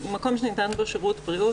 "מקום שניתן בו שירות בריאות",